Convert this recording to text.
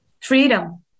freedom